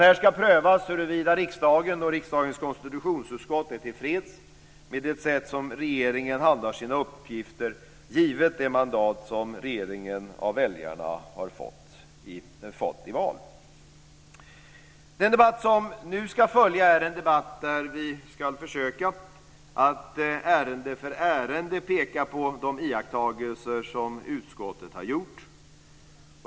Här ska prövas huruvida riksdagen och riksdagens konstitutionsutskott är tillfreds med det sätt som regeringen handhar sina uppgifter på, givet det mandat som regeringen har fått av väljarna i val. Den debatt som nu ska följa är en debatt där vi ska försöka att ärende för ärende peka på de iakttagelser som utskottet har gjort.